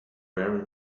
very